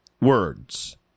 Words